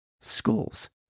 schools